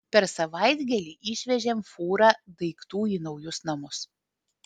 per savaitgalį išvežėm fūrą daiktų į naujus namus